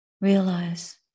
realize